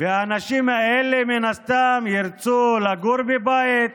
והאנשים האלה מן הסתם ירצו לגור בבית,